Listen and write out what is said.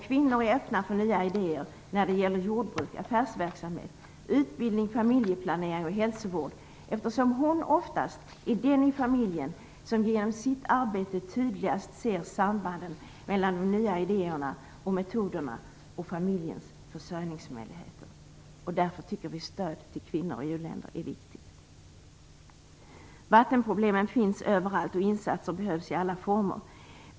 Kvinnor är öppna för nya idéer när det gäller jordbruk och affärsverksamhet, utbildning, familjeplanering och hälsovård, eftersom kvinnan oftast är den i familjen som genom sitt arbete tydligast ser sambanden mellan de nya idéerna och metoderna och familjens försörjningsmöjligheter. Därför tycker vi att stöd till kvinnor i u-länder är viktigt. Vattenproblemen finns överallt, och insatser behövs i alla former.